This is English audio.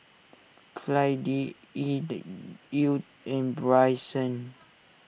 Clydie Edw U and Bryson